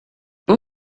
non